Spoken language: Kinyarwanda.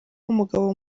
umugabo